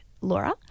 laura